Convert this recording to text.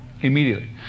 Immediately